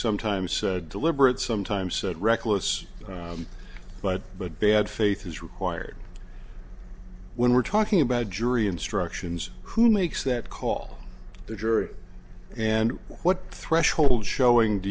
sometimes said deliberate sometimes said reckless but but bad faith is required when we're talking about jury instructions who makes that call the jury and what threshold showing do